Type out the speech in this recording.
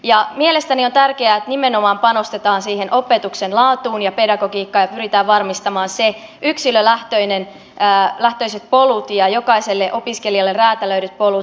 ja mielestäni on tärkeää että nimenomaan panostetaan siihen opetuksen laatuun ja pedagogiikkaan ja pyritään varmistamaan ne yksilölähtöiset polut ja jokaiselle opiskelijalle räätälöidyt polut